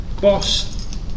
boss